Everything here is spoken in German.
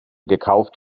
gekauft